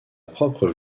propre